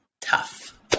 tough